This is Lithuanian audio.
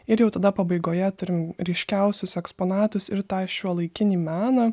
ir jau tada pabaigoje turim ryškiausius eksponatus ir tą šiuolaikinį meną